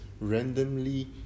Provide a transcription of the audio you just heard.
randomly